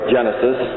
Genesis